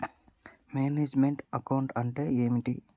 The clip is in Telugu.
మేనేజ్ మెంట్ అకౌంట్ అంటే ఏమిటి?